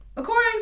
According